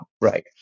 right